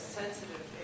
sensitive